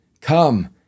Come